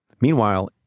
Meanwhile